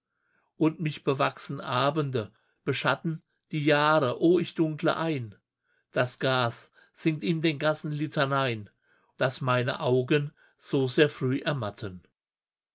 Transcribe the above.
und mich bewachsen abende beschatten die jahre o ich dunkle ein das gas singt in den gassen litanein daß meine augen so sehr früh ermatten